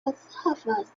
observers